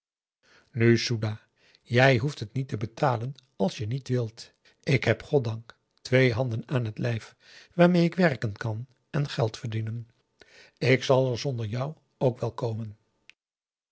jij hoeft het niet te betalen als je niet wilt ik heb goddank twee handen aan het lijf waarmee ik werken kan en geld verdienen ik zal er zonder jou ook wel komen